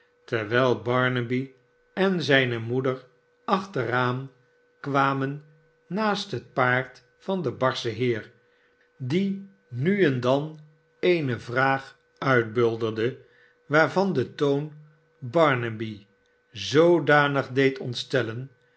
terwijl barnaby en zijne moeder achteraan kwamen naast het paard van den barschen heer die nu en dan eene vraag uitbarnaby rudge bulderde waarvan de toon barnaby zoodanig deed ontstellen